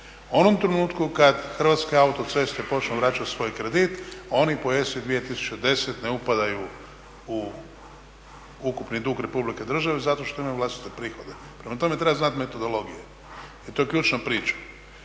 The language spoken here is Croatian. onom trenutku kad Hrvatske autoceste počnu vraćati svoj kredit oni po ESA-i 2010 ne upadaju u ukupni dug države zato što imaju vlastite prihode. Prema tome, treba znati metodologije jer to je ključna priča.